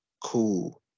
cool